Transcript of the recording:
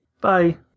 Bye